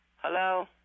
Hello